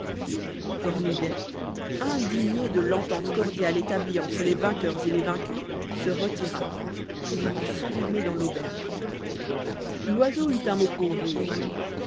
cornudet indigné de l'entente cordiale établie entre les vainqueurs et les vaincus se retira préférant s'enfermer dans l'auberge loiseau eut un mot pour rire